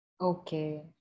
Okay